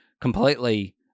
completely